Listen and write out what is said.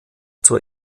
zur